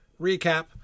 recap